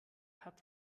hat